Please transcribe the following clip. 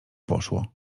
poszło